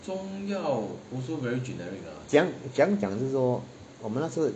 怎么讲说我们那时候